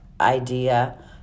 idea